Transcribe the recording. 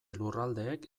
lurraldeek